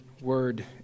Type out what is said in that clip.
word